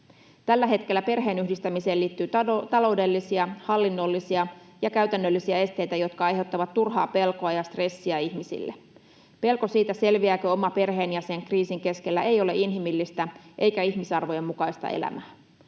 Tällä hetkellä perheenyhdistämiseen liittyy taloudellisia, hallinnollisia ja käytännöllisiä esteitä, jotka aiheuttavat turhaa pelkoa ja stressiä ihmisille. Pelko siitä, selviääkö oma perheenjäsen kriisin keskellä, ei ole inhimillistä eikä ihmisarvojen mukaista elämää.